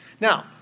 Now